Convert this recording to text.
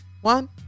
One